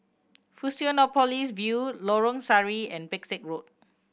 Fusionopolis View Lorong Sari and Pesek Road